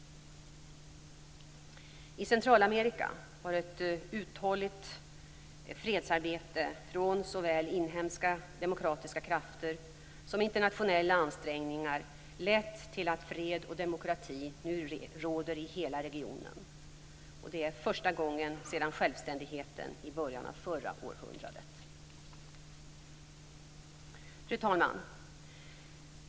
I Centralamerika har ett uthålligt fredsarbete från såväl inhemska demokratiska krafter som internationella ansträngningar lett till att fred och demokrati nu råder i hela regionen för första gången sedan självständigheten i början av förra århundradet. Fru talman!